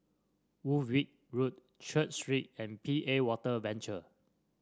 Woolwich Road Church Street and P A Water Venture